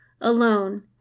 alone